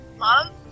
love